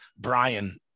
Brian